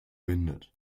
windet